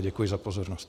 Děkuji za pozornost.